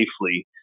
safely